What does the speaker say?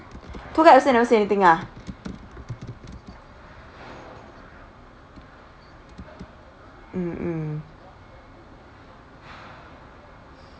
tour guide also never said anything ah mm mm